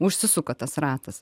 užsisuka tas ratas